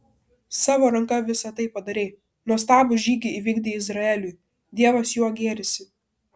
savo ranka visa tai padarei nuostabų žygį įvykdei izraeliui dievas juo gėrisi